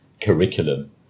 curriculum